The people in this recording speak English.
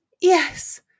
Yes